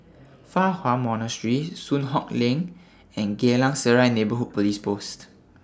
Fa Hua Monastery Soon Hock Lane and Geylang Serai Neighbourhood Police Post